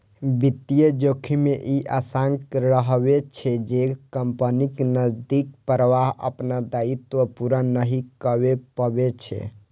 वित्तीय जोखिम मे ई आशंका रहै छै, जे कंपनीक नकदीक प्रवाह अपन दायित्व पूरा नहि कए पबै छै